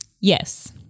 Yes